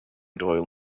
doyle